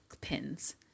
pins